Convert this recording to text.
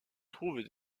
trouvent